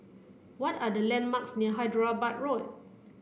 what are the landmarks near Hyderabad Road